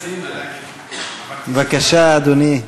בבקשה, אדוני.